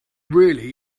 really